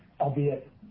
albeit